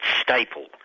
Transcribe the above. staple